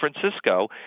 Francisco